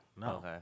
no